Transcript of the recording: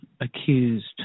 accused